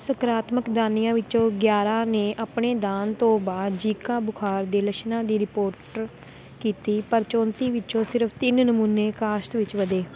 ਸਕਾਰਾਤਮਕ ਦਾਨੀਆਂ ਵਿੱਚੋਂ ਗਿਆਰਾਂ ਨੇ ਆਪਣੇ ਦਾਨ ਤੋਂ ਬਾਅਦ ਜੀਕਾ ਬੁਖਾਰ ਦੇ ਲੱਛਣਾਂ ਦੀ ਰਿਪੋਟਰ ਕੀਤੀ ਪਰ ਚੌਂਤੀ ਵਿੱਚੋਂ ਸਿਰਫ਼ ਤਿੰਨ ਨਮੂਨੇ ਕਾਸ਼ਤ ਵਿੱਚ ਵਧੇ